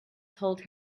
told